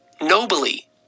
nobly